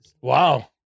Wow